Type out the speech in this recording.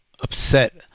upset